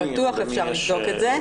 בטוח אפשר לבדוק את זה.